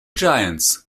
giants